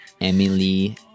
Emily